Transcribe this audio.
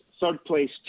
third-place